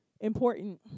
important